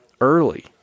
early